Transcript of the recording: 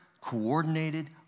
coordinated